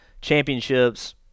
championships